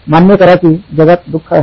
मान्य करा की जगात दुःख आहे